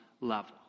level